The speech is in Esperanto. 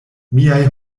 miaj